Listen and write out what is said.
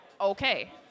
okay